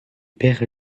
perd